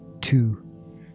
two